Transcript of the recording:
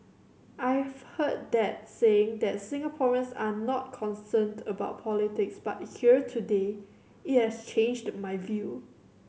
I've heard the saying that Singaporeans are not concerned about politics but here today it has changed my view